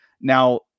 Now